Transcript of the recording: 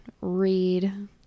read